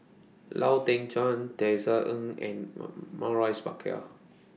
Lau Teng Chuan Tisa Ng and Maurice Baker